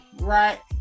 right